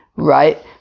Right